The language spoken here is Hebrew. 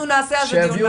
נקיים על כך דיון מעקב .